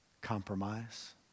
compromise